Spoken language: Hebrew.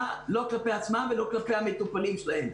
לא כלפי עצמן ולא כלפי המטופלים שלהם.